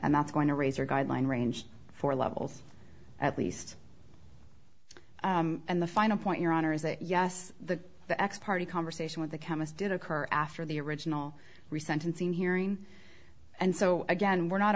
and that's going to raise or guideline range four levels at least and the final point your honor is a yes the the x party conversation with the chemist did occur after the original re sentencing hearing and so again we're not